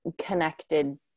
connected